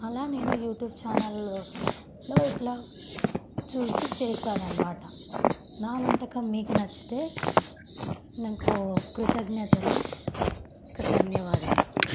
అలా నేను యూట్యూబ్ ఛానల్లో ఎట్లో అట్లా చూసి చేసాను అన్నమాట నా వంటకం మీకు నచ్చితే మీకు కృతఙ్ఞతలు ధన్యవాదములు